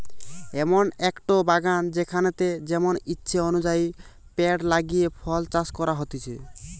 এমন একটো বাগান যেখানেতে যেমন ইচ্ছে অনুযায়ী পেড় লাগিয়ে ফল চাষ করা হতিছে